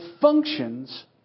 functions